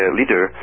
leader